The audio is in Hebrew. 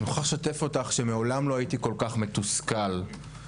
מוכרח לשתף אותך שמעולם לא הייתי כה מתוסכל מהחלטה